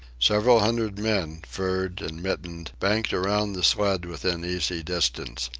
several hundred men, furred and mittened, banked around the sled within easy distance.